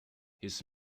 his